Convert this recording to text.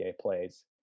plays